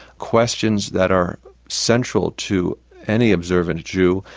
questions that are central to any observant jew,